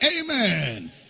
Amen